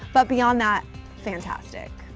but beyond that fantastic.